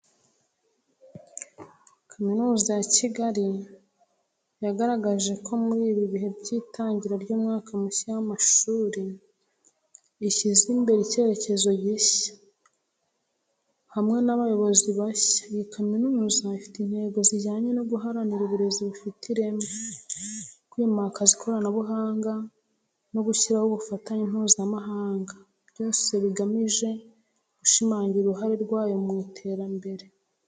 Kaminuza ya Kigali yagaragaje ko muri ibi bihe by’itangira ry’umwaka mushya w’amashuri, ishyize imbere icyerekezo gishya. Hamwe n’abayobozi bashya, iyi kaminuza ifite intego zijyanye no guharanira uburezi bufite ireme, kwimakaza ikoranabuhanga, no gushyiraho ubufatanye mpuzamahanga, byose bigamije gushimangira uruhare rwayo mu iterambere.